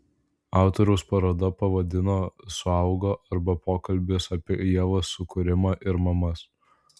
autorius parodą pavadino suaugo arba pokalbis apie ievos sukūrimą ir mamas